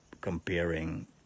comparing